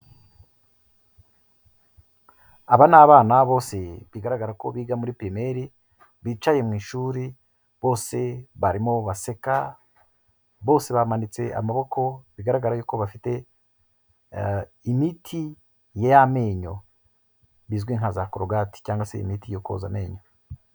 Aba ni abana bose bigaragara ko biga muri pirimeri bicaye mu ishuri, bose barimo baseka, bose bamanitse amaboko bigaragara yuko bafite imiti y'amenyo bizwi nka za korogati cyangwa se imiti yo koza amenyo.